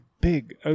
big